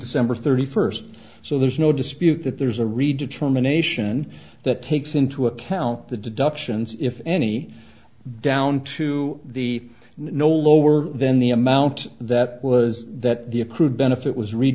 december thirty first so there's no dispute that there's a redetermination that takes into account the deductions if any down to the no lower than the amount that was that the accrued benefit was read